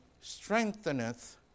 strengtheneth